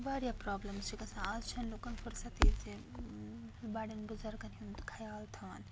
واریاہ پرٛابلِمٕز چھِ گَژھان آز چھنہٕ لوٗکَن فرصَتی زِ بَڑٮ۪ن بُزرگَن ہُنٛد خیال تھاوان